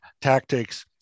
tactics